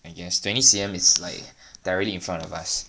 and yes twenty C_M is like directly in front of us